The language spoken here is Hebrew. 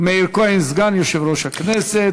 מאיר כהן, סגן יושב-ראש הכנסת.